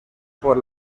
por